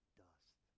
dust